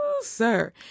sir